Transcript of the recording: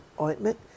ointment